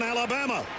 Alabama